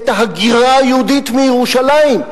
את ההגירה היהודית מירושלים.